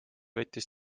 võttis